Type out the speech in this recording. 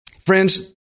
Friends